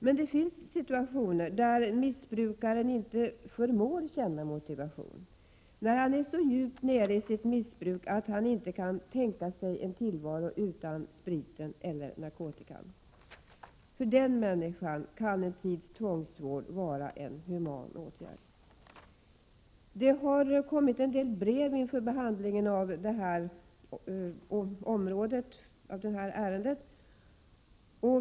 Men det finns situationer, när missbrukaren inte förmår känna motivation, när han är så djupt nere i sitt missbruk att han inte kan tänka sig en tillvaro utan spriten eller narkotikan. För den människan kan en tids tvångsvård vara en human åtgärd. Det har kommit en del brev inför behandlingen av detta ärende.